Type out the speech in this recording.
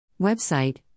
Website